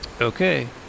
Okay